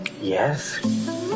Yes